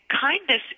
kindness